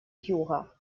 юга